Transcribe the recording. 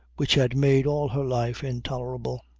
which had made all her life intolerable.